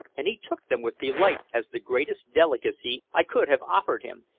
and he took them with delight as the greatest delicacy i could have offered him.